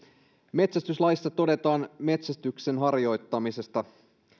metsästyslaissa todetaan metsästyksen harjoittamisesta että